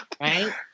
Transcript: Right